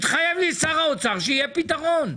התחייב לי שר האוצר שיהיה פתרון.